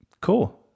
cool